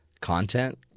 content